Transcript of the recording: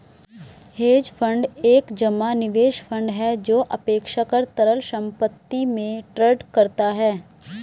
hedge fund एक जमा निवेश फंड है जो अपेक्षाकृत तरल संपत्ति में ट्रेड करता है